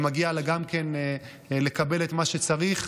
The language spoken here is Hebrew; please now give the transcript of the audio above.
ומגיע גם לה לקבל את מה שצריך.